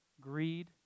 greed